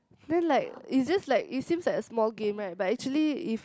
then like it's just like it seems like a small game right but actually if